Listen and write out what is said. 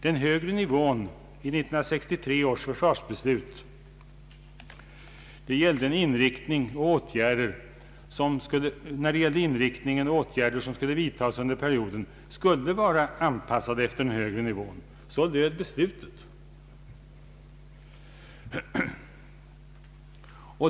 Den högre nivån vid 1963 års försvarsbeslut skulle, när det gällde inriktningen och åtgärder som skulle vidtagas under perioden, vara anpassade efter den högre nivån. Så löd beslutet.